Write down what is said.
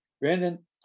Brandon